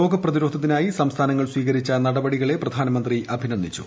രോഗപ്രതിരോധത്തിനായി സംസ്ഥാനങ്ങൾ സ്വീകരിച്ച നടപടികളെ പ്രധാനമന്ത്രി അഭിനന്ദിച്ചു